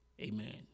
Amen